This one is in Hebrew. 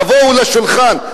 תבואו לשולחן,